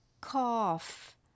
cough